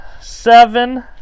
seven